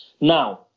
Now